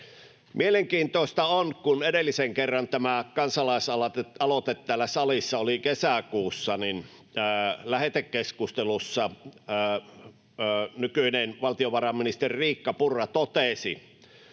Mielenkiintoista on, että kun edellisen kerran tämän aihepiirin kansalaisaloite täällä salissa oli kesäkuussa, niin lähetekeskustelussa nykyinen valtiovarainministeri Riikka Purra totesi: